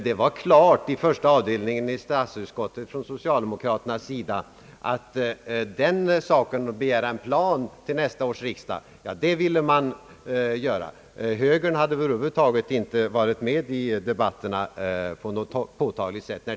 Det var klart från socialdemokratisk sida i förs ta avdelningen i statsutskottet att man skulle begära en plan till nästa års riksdag. Högern hade då över huvud taget inte varit med i debatterna på något påtagligt sätt.